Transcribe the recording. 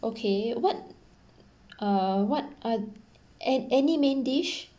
okay what uh what oth~ any any main dish